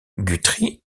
guthrie